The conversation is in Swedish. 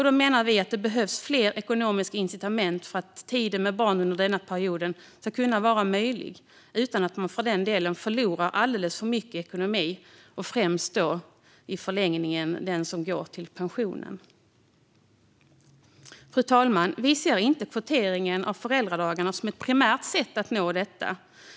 Vi menar att det behövs fler ekonomiska incitament för att tid med barnen under denna period ska kunna vara möjligt utan att man förlorar alldeles för mycket ekonomiskt och i förlängningen det som går till pensionen. Fru talman! Vi ser inte kvoteringen av föräldradagarna som ett primärt sätt att nå detta.